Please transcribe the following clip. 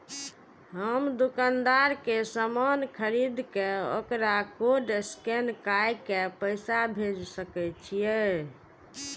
हम दुकानदार के समान खरीद के वकरा कोड स्कैन काय के पैसा भेज सके छिए?